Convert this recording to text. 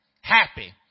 happy